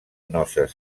noces